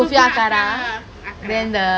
sofia akra